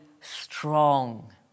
strong